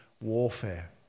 warfare